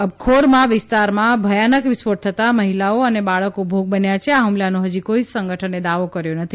અબખોરમાં વિસ્તારમાં ભયાનક વિસ્ફોટ થતાં મહિલાઓ અને બાળકો ભોગ બન્યાં છે આ હુમલાનો હજી કોઇ સંગઠને દાવો કર્યો નથી